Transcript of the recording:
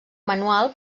manual